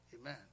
Amen